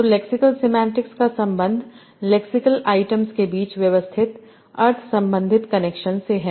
तो lexical semantics का संबंध लेक्सिकल आइटम्स के बीच व्यवस्थित अर्थ संबंधित कनेक्शन से है